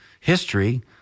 history